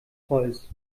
holz